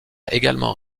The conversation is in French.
également